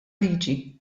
liġi